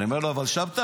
אני אומר לו: אבל שבתאי,